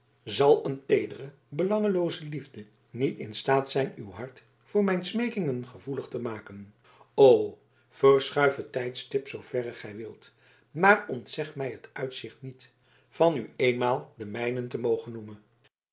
zal een teedere belangelooze liefde niet in staat zijn uw hart voor mijn smeekingen gevoelig te maken o verschuif het tijdstip zooverre gij wilt maar ontzeg mij het uitzicht niet van u eenmaal de mijne te mogen noemen